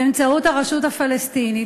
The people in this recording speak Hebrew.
באמצעות הרשות הפלסטינית,